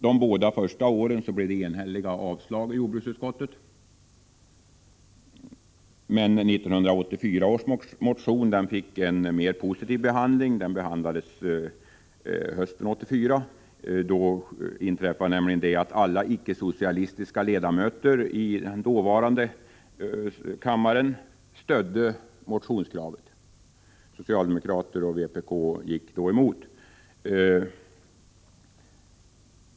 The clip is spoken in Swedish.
De båda första åren blev det enhälliga avstyrkanden i jordbruksutskottet, men 1984 års motion fick en mer positiv behandling. Hösten 1984 stödde nämligen alla icke-socialistiska ledamöter i den dåvarande kammaren motionskravet. Socialdemokraterna och vpk gick emot motionen.